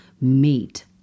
meet